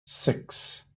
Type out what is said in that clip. six